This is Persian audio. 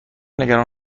نگران